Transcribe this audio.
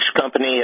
Company